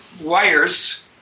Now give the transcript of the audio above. wires